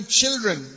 children